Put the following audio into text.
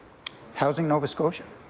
housing nova scotia,